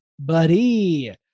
buddy